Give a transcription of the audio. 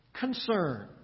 concern